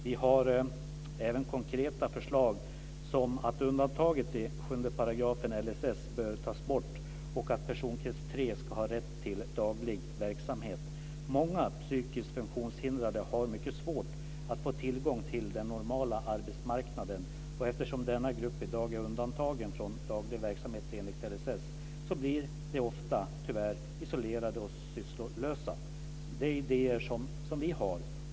Vi har även konkreta förslag som att undantaget i 7 § LSS bör tas bort och att personkrets 3 ska ha rätt till daglig verksamhet. Många psykiskt funktionshindrade har mycket svårt att få tillgång till den normala arbetsmarknaden. Eftersom denna grupp i dag är undantagen från daglig verksamhet enligt LSS blir de ofta tyvärr isolerade och sysslolösa. Det är idéer som vi har.